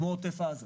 כמו עוטף עזה.